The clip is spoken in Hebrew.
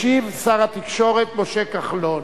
ישיב שר התקשורת משה כחלון.